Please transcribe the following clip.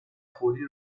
فوری